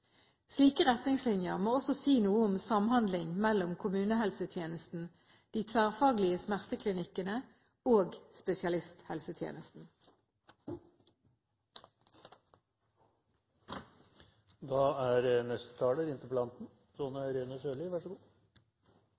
Slike retningslinjer må også si noe om samhandling mellom kommunehelsetjenesten, de tverrfaglige smerteklinikkene og spesialisthelsetjenesten. Jeg takker statsråden for svaret. Jeg tror vi er